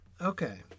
Okay